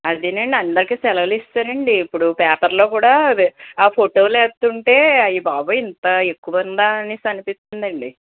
అదేనండి అందరికీ సెలవులు ఇచ్చేసారండి ఇప్పుడు పేపర్లో కూడా వే ఆ ఫోటోలేస్తుంటే అయ్యబాబోయ్ ఇంత ఎక్కువుందా అనేసి అనిపిస్తుందండి